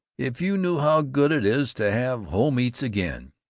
if you knew how good it is to have home eats again!